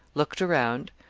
looked around,